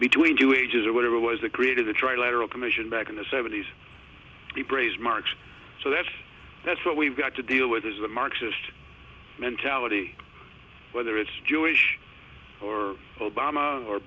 between two ages or whatever it was the creator the trilateral commission back in the seventy's the praise march so that's that's what we've got to deal with is the marxist mentality whether it's jewish or obama or